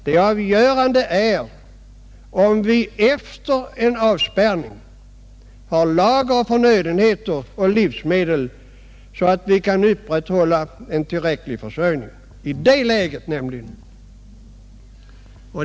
Det avgörande är om våra lager av förnödenheter och livsmedel vid en avspärrning är tillräckligt stora för att vi skall kunna upprätthälla en tillräcklig försörjning.